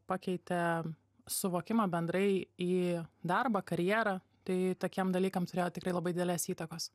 pakeitė suvokimą bendrai į darbą karjerą tai tokiem dalykam turėjo tikrai labai didelės įtakos